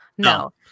no